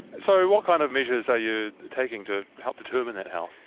so what kind of measures are you taking to help determine that health?